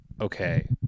okay